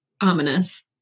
ominous